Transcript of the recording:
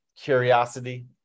curiosity